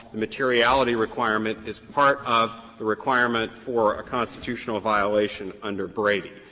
the materiality requirement is part of the requirement for a constitutional violation under brady.